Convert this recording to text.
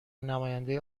نماینده